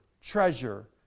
treasure